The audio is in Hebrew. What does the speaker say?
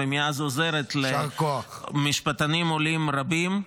ומאז עוזרת למשפטנים עולים רבים.